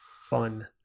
Fun